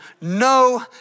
no